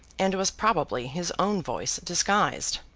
and was probably his own voice disguised.